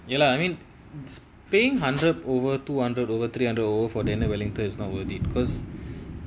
ya lah I mean it's being hundred over two hundred over three hundred for daniel wellington is not worth it cause